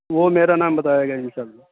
وہ میرا نام بتائے گا ان شاء اللہ